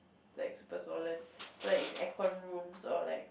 like super swollen so that like in aircon rooms or like